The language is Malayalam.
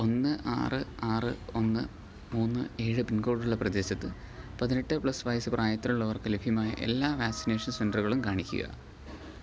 ഒന്ന് ആറ് ആറ് ഒന്ന് മൂന്ന് ഏഴ് പിൻകോഡുള്ള പ്രദേശത്ത് പതിനെട്ട് പ്ലസ് വയസ്സ് പ്രായത്തിലുള്ളവർക്ക് ലഭ്യമായ എല്ലാ വാക്സിനേഷൻ സെൻറ്ററുകളും കാണിക്കുക